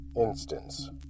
Instance